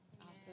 Awesome